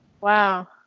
Wow